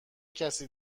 کسی